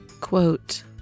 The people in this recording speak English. Quote